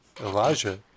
Elijah